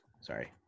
Sorry